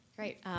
Great